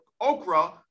okra